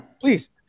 please